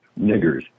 Niggers